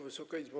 Wysoka Izbo!